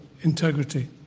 integrity